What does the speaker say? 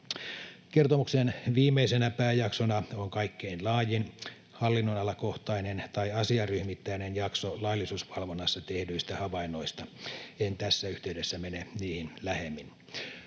Kertomuksen viimeisenä pääjaksona on kaikkein laajin hallinnonalakohtainen tai asiaryhmittäinen jakso laillisuusvalvonnassa tehdyistä havainnoista. En tässä yhteydessä mene niihin lähemmin.